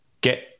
get